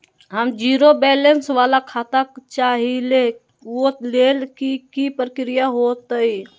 हम zero balance वाला खाता चाहइले वो लेल की की प्रक्रिया होतई?